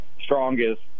strongest